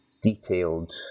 detailed